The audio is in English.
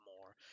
more